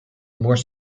more